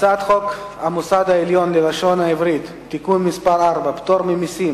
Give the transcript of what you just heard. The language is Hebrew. הצעת חוק מרשם תורמי מוח עצם,